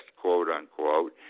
quote-unquote